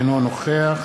אינו נוכח